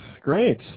great